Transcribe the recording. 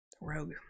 Rogue